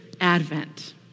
Advent